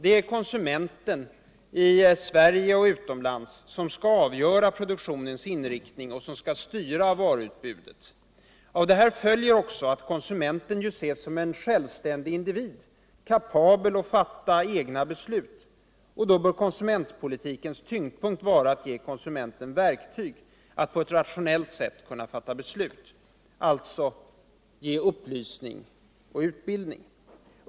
Det är konsumenterna — I Sverige och utomlands — som skall avgöra produktionens inriktning och som skall styra varuutbudet. Av detta följer också att konsumenten ses som cen självständig individ, kapabel att fatta egna beslut. Konsumentpolitikens tyngdpunkt bör därför vara att ge konsumenten verktyg att på ett rationellt sätt kunna fatta beslut, alltså att ge upplysning och utbildning.